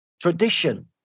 tradition